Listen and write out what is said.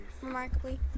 remarkably